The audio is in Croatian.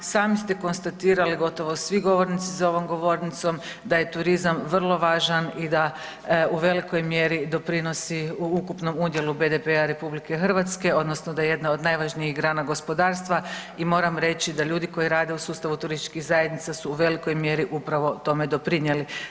I sami ste konstatirali i gotovo svi govornici za ovom govornicom da je turizam vrlo važan i da u velikoj mjeri doprinosi u ukupnom udjelu BDP-a RH odnosno da je jedna od najvažnijih grana gospodarstva i moram reći da ljudi koji rade u sustavu turističkih zajednica su u velikoj mjeri upravo tome doprinjeli.